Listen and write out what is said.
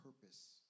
purpose